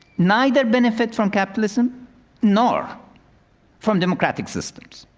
neither benefits from capitalism nor from democratic systems.